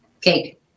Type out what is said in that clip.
Cake